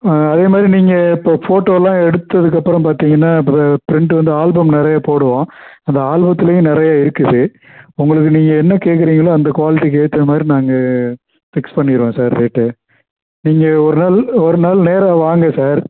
அதே மாதிரி நீங்கள் இப்போ ஃபோட்டோலாம் எடுத்ததுக்கப்புறம் பார்த்தீங்கன்னா பிரி பிரிண்ட் வந்து ஆல்பம் நிறையா போடுவோம் அந்த ஆல்பத்துலேயே நிறையா இருக்குது உங்களுக்கு நீங்கள் என்ன கேட்குறீங்களோ அந்த குவாலிட்டிக்கு ஏற்ற மாதிரி நாங்கள் ஃபிக்ஸ் பண்ணிடுவோம் சார் ரேட்டு நீங்கள் ஒரு நாள் ஒரு நாள் நேராக வாங்க சார்